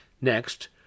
Next